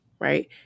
right